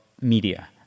media